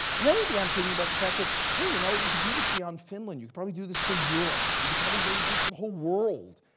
and then, we began thinking about the fact that, hey, you know, you could do this beyond finland. you could probably do this for europe. you could probably maybe do it for the whole world,